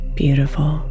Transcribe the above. beautiful